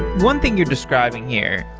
one thing you're describing here,